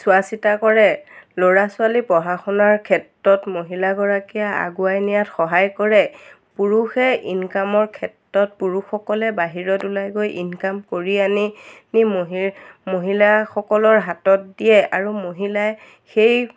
চোৱা চিতা কৰে ল'ৰা ছোৱালী পঢ়া শুনাৰ ক্ষেত্ৰত মহিলাগৰাকীয়ে আগুৱাই নিয়াত সহায় কৰে পুৰুষে ইনকামৰ ক্ষেত্ৰত পুৰুষসকলে বাহিৰত ওলাই গৈ ইনকাম কৰি আনি নি মহি মহিলাসকলৰ হাতত দিয়ে আৰু মহিলাই সেই